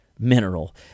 mineral